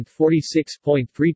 46.3%